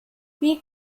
wie